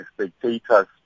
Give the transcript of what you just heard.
spectators